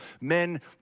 men